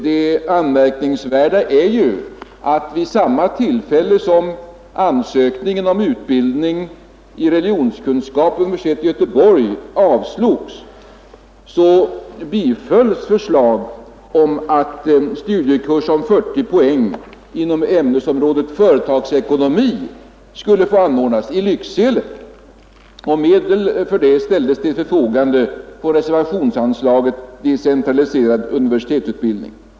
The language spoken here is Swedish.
Det anmärkningsvärda är att vid samma tillfälle som ansökningen om utbildning i religionskunskap vid universitetet i Göteborg avslogs bifölls förslag om att en studiekurs om 40 poäng inom ämnesområdet företagsekonomi skulle få anordnas i Lycksele, och medel för detta ändamål ställdes till förfogande på reservationsanslaget Decentraliserad universitetsutbildning.